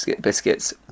Biscuits